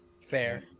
fair